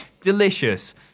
Delicious